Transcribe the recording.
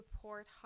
support